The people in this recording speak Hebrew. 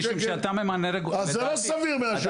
משום שאתה ממנה --- אז זה לא סביר 100 שקלים,